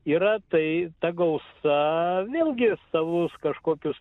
yra tai ta gausa vėlgi savus kažkokius